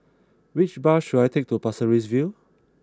which bus should I take to Pasir Ris View